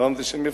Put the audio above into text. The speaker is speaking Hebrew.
נועם זה שם יפה,